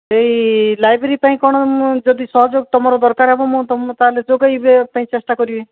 ଏହି ଲାଇବ୍ରେରୀ ପାଇଁ କ'ଣ ଯଦି ସହଯୋଗ ତୁମର ଦରକାର ହେବ ମୁଁ ତୁମକୁ ତା'ହେଲେ ଯୋଗାଇ ଦେବା ପାଇଁ ଚେଷ୍ଟା କରିବି